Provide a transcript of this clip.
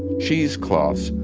cheese cloths,